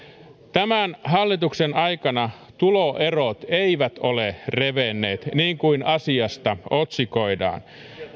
tämän hallituksen aikana tuloerot eivät ole revenneet niin kuin asiasta otsikoidaan